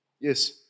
Yes